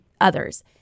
others